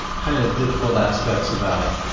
kind of difficult aspects about,